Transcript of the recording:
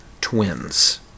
twins